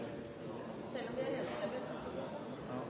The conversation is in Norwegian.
selv om byggherren er